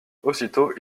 aussitôt